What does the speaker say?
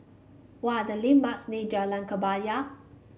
what are the landmarks near Jalan Kebaya